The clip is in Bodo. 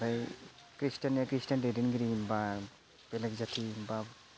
ओमफ्राय ख्रिस्टियान ना ख्रिस्टियान दैदेनगिरि बा बेलेग जाथि बा